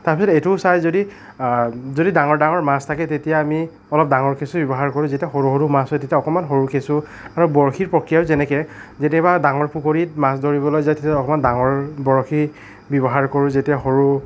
তাৰপিছত এইটো চাই যদি যদি ডাঙৰ ডাঙৰ মাছ থাকে তেতিয়া আমি অলপ ডাঙৰ কেঁচু ব্যৱহাৰ কৰোঁ যেতিয়া সৰু সৰু মাছ হয় তেতিয়া অকণমান সৰু কেঁচু আৰু বৰশীৰ প্ৰক্ৰিয়া যেনেকৈ যেতিয়া ডাঙৰ পুখুৰীত মাছ ধৰিবলৈ যায় তেতিয়া অকণমান ডাঙৰ বৰশী ব্যৱহাৰ কৰোঁ যেতিয়া সৰু